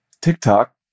TikTok